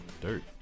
Dirt